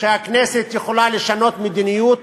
שהכנסת יכולה לשנות מדיניות.